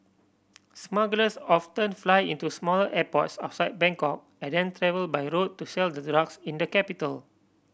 smugglers often fly into smaller airports outside Bangkok and then travel by road to sell the drugs in the capital